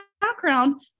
background